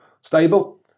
stable